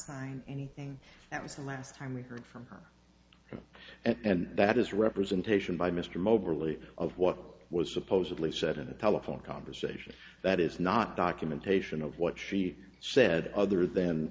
sign anything that was the last time we heard from her and that is representation by mr moberly of what was supposedly said in a telephone conversation that is not documentation of what she said other